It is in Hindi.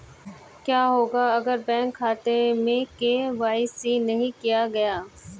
क्या होगा अगर बैंक खाते में के.वाई.सी नहीं किया गया है?